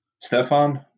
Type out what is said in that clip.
Stefan